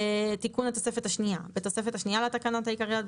תיקון התוספת השנייה בתוספת השנייה לתקנות העיקריות,